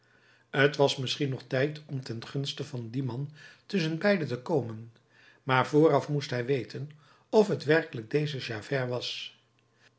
t was misschien nog tijd om ten gunste van dien man tusschenbeide te komen maar vooraf moest hij weten of t werkelijk deze javert was